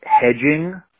hedging